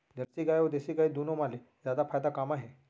Jersey गाय अऊ देसी गाय दूनो मा ले जादा फायदा का मा हे?